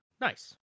nice